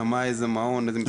איזה מעון.